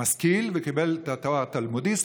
כמשכיל וקיבל את התואר "תלמודיסט",